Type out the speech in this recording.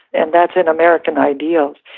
and that's an american ideal.